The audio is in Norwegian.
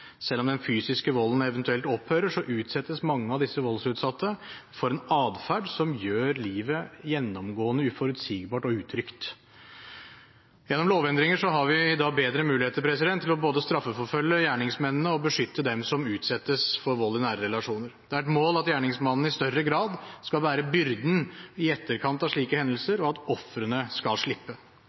Selv om den fysiske volden eventuelt opphører, utsettes mange av disse voldsutsatte for en atferd som gjør livet gjennomgående uforutsigbart og utrygt. Gjennom lovendringer har vi i dag bedre muligheter til både å straffeforfølge gjerningsmennene og beskytte dem som utsettes for vold i nære relasjoner. Det er et mål at gjerningsmannen i større grad skal bære byrden i etterkant av slike hendelser, og at ofrene skal slippe.